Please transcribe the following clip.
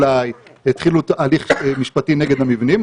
התחילו הליך משפטי נגד המבנים,